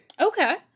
okay